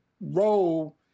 role